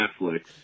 Netflix